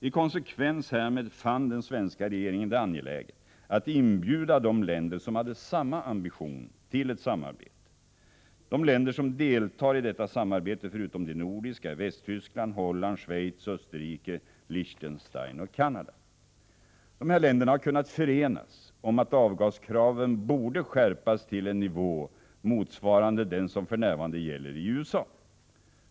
I konsekvens härmed fann den svenska regeringen det angeläget att inbjuda de länder som hade samma ambition till ett samarbete. De länder som deltar i detta samarbete är, förutom de nordiska, Västtyskland, Holland, Schweiz, Österrike, Liechtenstein och Canada. Dessa länder har kunnat förenas om att avgaskraven borde skärpas till en nivå motsvarande den som för närvarande gäller i USA.